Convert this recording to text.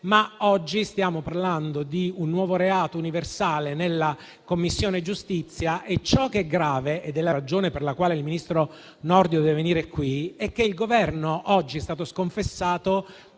però, stiamo parlando di un nuovo reato universale nella Commissione giustizia e ciò che è grave - ed è la ragione per la quale il ministro Nordio deve venire in Senato - è che il Governo oggi sia stato sconfessato